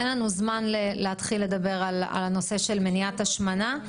אין לנו זמן להתחיל לדבר על הנושא של מניעת השמנה,